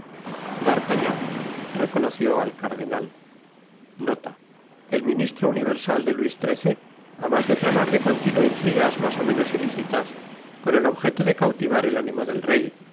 cabeza d'artagnan reconoció al cardenal et ministro universat de luis xiii á mas de tramar de continuo intrigas m as o menos iticitas con et objeto de cautivar et animo det rey